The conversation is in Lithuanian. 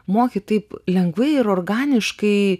moki taip lengvai ir organiškai